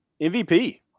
MVP